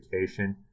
education